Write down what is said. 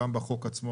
גם בחוק עצמו,